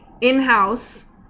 in-house